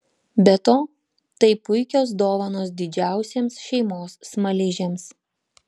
be to tai puikios dovanos didžiausiems šeimos smaližiams